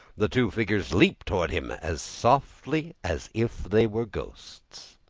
the two figures leaped toward him as softly as if they were ghosts.